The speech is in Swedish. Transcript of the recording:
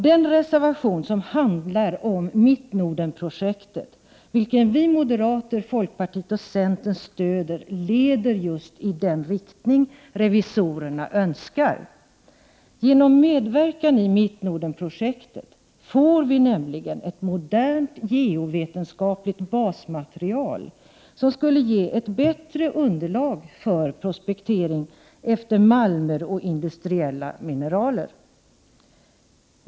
Den reservation som handlar om Mittnordenprojektet, vilken vi moderater, folkpartiet och centern stöder, går just i den riktning som revisorerna önskar. Genom medverkan i Mittnordenprojektet får vi nämligen ett modernt geovetenskapligt basmaterial, som skulle kunna ge ett bättre underlag för prospektering efter malmer och industriella mineraler.